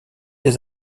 des